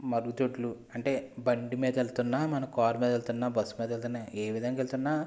మరుగుదొడ్లు అంటే బండి మీద వెళ్తున్న మనం కారు మీద వెళ్తున్న బస్సు మీద వెళ్తున్న ఏ విధంగా వెళ్తున్న